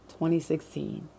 2016